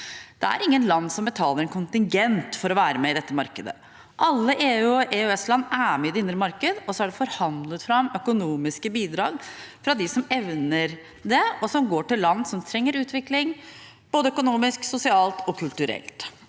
Det er ingen land som betaler en kontingent for å være med i dette markedet. Alle EU- og EØS-land er med i det indre marked, og så er det forhandlet fram økonomiske bidrag fra dem som evner det, som går til land som trenger utvikling, både økonomisk, sosialt og kulturelt.